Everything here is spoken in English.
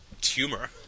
tumor